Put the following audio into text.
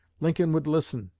lincoln would listen,